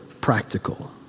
practical